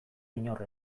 inor